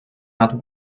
not